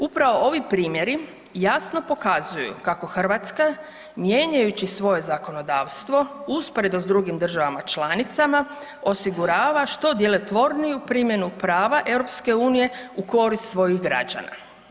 Upravo ovi primjeri jasno pokazuju kako Hrvatska mijenjajući svoje zakonodavstvo usporedo s drugim državama članicama osigurava što djelotvorniju primjenu prava EU u korist svojih građana.